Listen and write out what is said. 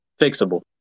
fixable